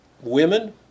women